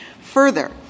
Further